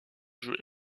joue